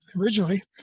originally